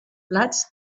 plats